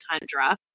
tundra